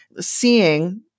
seeing